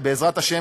בעזרת השם,